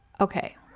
okay